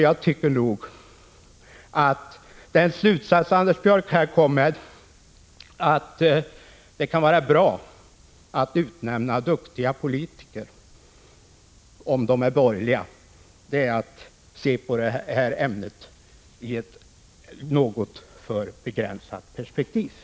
Jag tycker nog att den slutsats Anders Björck här kommer med, att det kan vara bra att utnämna duktiga politiker — om de är borgerliga — är att se på ämnet ur ett något för begränsat perspektiv.